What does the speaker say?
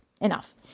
Enough